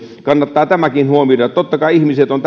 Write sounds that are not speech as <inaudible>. kannattaa tämäkin huomioida totta kai on <unintelligible>